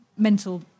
mental